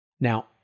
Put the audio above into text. Now